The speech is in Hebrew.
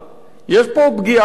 יש כאן פגיעה כפולה.